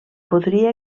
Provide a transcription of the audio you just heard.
podria